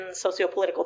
sociopolitical